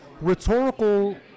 rhetorical